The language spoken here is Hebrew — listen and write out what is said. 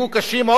אדוני היושב-ראש.